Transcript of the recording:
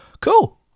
Cool